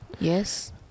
Yes